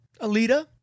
Alita